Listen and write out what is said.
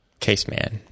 caseman